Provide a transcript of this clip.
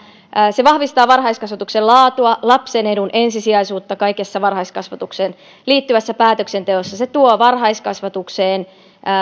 se vahvistaa varhaiskasvatuksen laatua lapsen edun ensisijaisuutta kaikessa varhaiskasvatukseen liittyvässä päätöksenteossa se tuo varhaiskasvatukseen